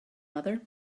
mother